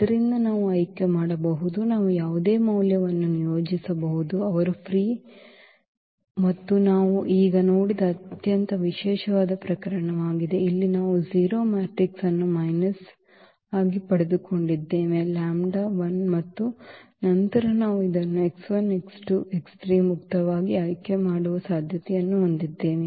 ಆದ್ದರಿಂದ ನಾವು ಆಯ್ಕೆ ಮಾಡಬಹುದು ನಾವು ಯಾವುದೇ ಮೌಲ್ಯವನ್ನು ನಿಯೋಜಿಸಬಹುದು ಅವರು ಇಲ್ಲಿ ಫ್ರೀ ಮತ್ತು ನಾವು ಈಗ ನೋಡಿದ ಅತ್ಯಂತ ವಿಶೇಷವಾದ ಪ್ರಕರಣವಾಗಿದೆ ಇಲ್ಲಿ ನಾವು 0 ಮ್ಯಾಟ್ರಿಕ್ಸ್ ಅನ್ನು ಮೈನಸ್ ಆಗಿ ಪಡೆದುಕೊಂಡಿದ್ದೇವೆ ಲ್ಯಾಂಬ್ಡಾ I ಮತ್ತು ನಂತರ ನಾವು ಇದನ್ನು ಮುಕ್ತವಾಗಿ ಆಯ್ಕೆ ಮಾಡುವ ಸಾಧ್ಯತೆಯನ್ನು ಹೊಂದಿದ್ದೇವೆ